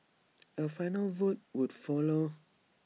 A final vote would follow